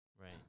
Right